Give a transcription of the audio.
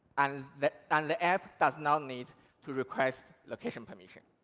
and the and the app does not need to request location permission.